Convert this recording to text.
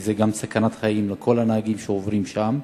שזו גם סכנת חיים לכל הנהגים שעוברים שם,